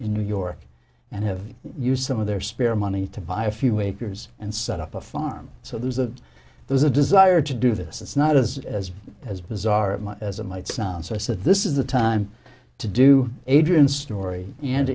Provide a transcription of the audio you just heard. in new york and have used some of their spare money to buy a few acres and set up a farm so there's a there's a desire to do this it's not as as as bizarre as it might sound so i said this is the time to do adrian story and